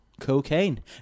Cocaine